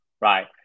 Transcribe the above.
right